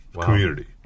community